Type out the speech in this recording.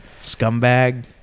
scumbag